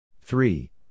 three